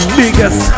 biggest